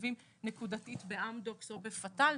משתלבים נקודתית באמדוקס או בפתאל.